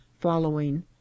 following